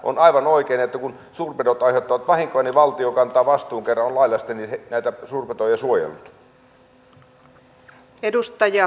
on aivan oikein että kun suurpedot aiheuttavat vahinkoja niin valtio kantaa vastuun kerran on laajasti näitä suurpetoja suojellut